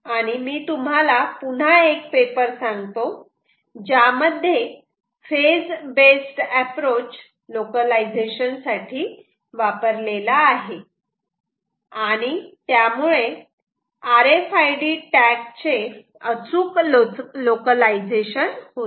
आणि मी तुम्हाला पुन्हा एक पेपर सांगतो ज्यामध्ये फेज बेस्ड अॅप्रोच लोकलायझेशन साठी वापरलेला आहे आणि त्यामुळे R F I D tag चे अचूक लोकलायझेशन होते